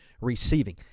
receiving